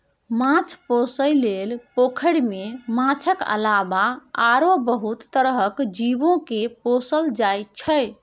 माछ पोसइ लेल पोखरि मे माछक अलावा आरो बहुत तरहक जीव केँ पोसल जाइ छै